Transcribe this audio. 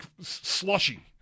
slushy